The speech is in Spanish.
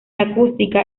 acústica